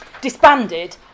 disbanded